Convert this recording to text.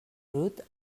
brut